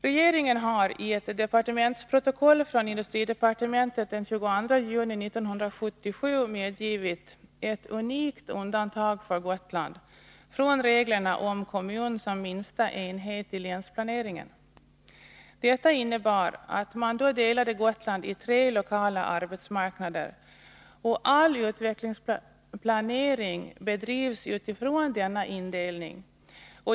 Regeringen har i ett departementsprotokoll från industridepartementet den 22 juni 1977 medgivit ett unikt undantag för Gotland från reglerna om kommun som minsta enhet i länsplaneringen. Det innebär att man delat Gotland ii tre lokala arbetsmarknader och att all utvecklingsplanering bedrivs utifrån denna indelning.